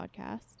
podcast